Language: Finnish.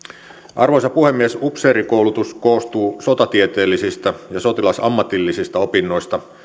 arvoisa puhemies upseerikoulutus koostuu sotatieteellisistä ja sotilasammatillisista opinnoista